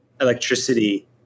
electricity